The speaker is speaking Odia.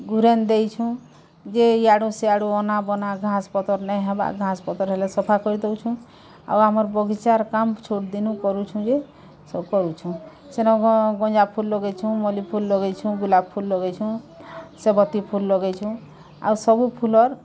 ଗୁରେନ୍ ଦେଇଛୁଁ ଯେ ଇଆଡ଼ୁ ସିଆଡ଼ୁ ଅନାବନା ଘାସ୍ ପତର୍ ନାଇଁହେବା ଘାସ୍ ପତର୍ ହେଲେ ସଫା କରି ଦଉଛୁଁ ଆଉ ଆମର୍ ବଗିଚାର୍ କାମ୍ ଛୋଟ୍ ଦିନୁ କରୁଛୁଁ ଯେ ସବ୍ କରୁଛୁଁ ସେନ ଗଞ୍ଜା ଫୁଲ୍ ଲଗେଇଛୁଁ ମଲ୍ଲୀ ଫୁଲ୍ ଲଗେଇଛୁଁ ଗୁଲାପ୍ ଫୁଲ ଲଢେଇଛୁଁ ସେବତୀଫୁଲ ଲଗେଇଛୁଁ ଆଉ ସବୁ ଫୁଲର୍